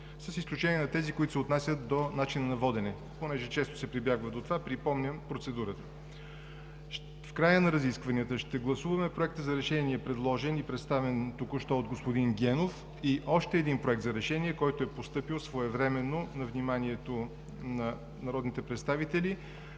с изключение на тези, които се отнасят до начина на водене. Понеже често се прибягва до това, припомням процедурата. В края на разискванията ще гласуваме Проекта за решение, представен току-що от господин Генов и още един Проект за решение, който е постъпил своевременно и е на вниманието на народните представители,